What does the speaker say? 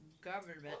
government